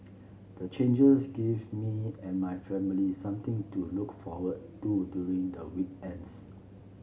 the changes give me and my family something to look forward to during the weekends